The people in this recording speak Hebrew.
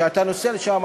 כשאתה נוסע לשם,